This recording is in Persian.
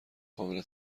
قابل